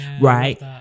right